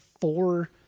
four